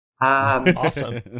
awesome